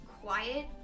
quiet